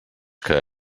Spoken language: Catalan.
que